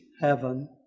heaven